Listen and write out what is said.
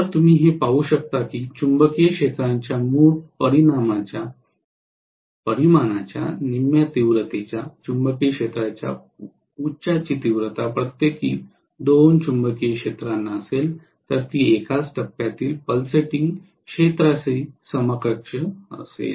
तर तुम्ही हे पाहू शकता की चुंबकीय क्षेत्राच्या मूळ परिमाणाच्या निम्म्या तीव्रतेच्या चुंबकीय क्षेत्राच्या उच्चाची तीव्रता प्रत्येकी दोन चुंबकीय क्षेत्रांना असेल तर ती एकाच टप्प्यातील पल्सेटिंग क्षेत्राशी समकक्ष असेल